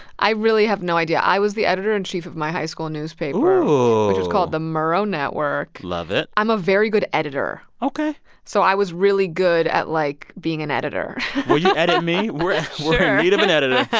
i really have no idea. i was the editor-in-chief of my high school newspaper. ooh. which was called the murrow network love it i'm a very good editor ok so i was really good at, like, being an editor will you edit me? we're in need of an editor